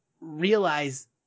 realize